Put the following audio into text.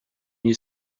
you